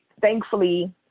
thankfully